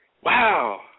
wow